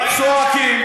צועקים,